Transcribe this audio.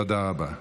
תודה רבה.